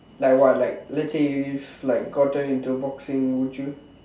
like what like let's say if like gotten into boxing would you